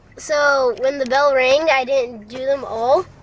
so when the bell rang, i didn't do them all,